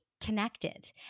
connected